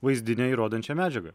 vaizdinę įrodančią medžiagą